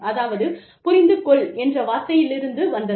அதாவது புரிந்து கொள் என்ற வார்த்தையிலிருந்து வந்தது